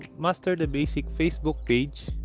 master the basics facebook page